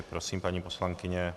Prosím, paní poslankyně.